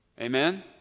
Amen